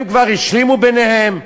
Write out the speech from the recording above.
הם כבר השלימו ביניהם,